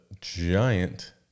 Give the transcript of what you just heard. giant